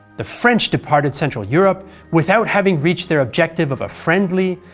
the french departed central europe without having reached their objective of a friendly,